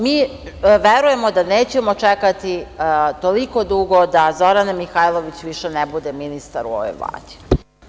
Mi verujemo da nećemo čekati toliko dugo da Zorana Mihajlović više ne bude ministar u ovoj Vladi.